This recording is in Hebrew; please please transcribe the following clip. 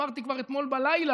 אמרתי כבר אתמול בלילה